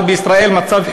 אבל בישראל מצב חירום,